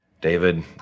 david